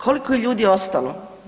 Koliko je ljudi ostalo?